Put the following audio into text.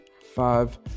five